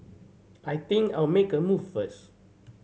I think I'll make a move first